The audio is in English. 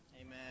Amen